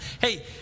Hey